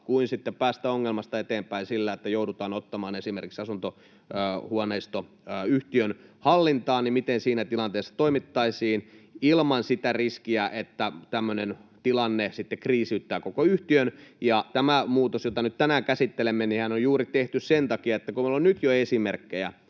mahdollisuutta päästä ongelmasta eteenpäin kuin esimerkiksi sillä, että joudutaan ottamaan asuinhuoneisto yhtiön hallintaan, ja miten siinä tilanteessa toimittaisiin ilman sitä riskiä, että tämmöinen tilanne sitten kriisiyttää koko yhtiön. Tämä muutoshan, jota nyt tänään käsittelemme, on tehty juuri sen takia, että meillä on nyt jo esimerkkejä,